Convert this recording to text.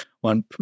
one